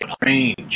range